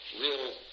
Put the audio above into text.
real